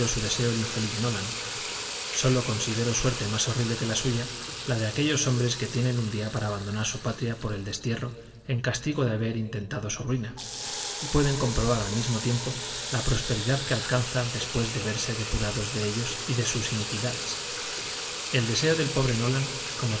su deseo el infeliz nolan sólo considero suerte más horrible que la suya la de aquellos hombres que tienen un día para abandonar su patria por el destierro en castigo de haber intentado su ruina y pueden comprobar al mismo tiempo la prosperidad que alcanza después de verse depurada de ellos y de sus iniquidades el deseo del pobre nolan como